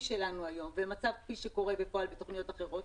שלנו היום והמצב כפי שקורה בפועל בתוכניות אחרות,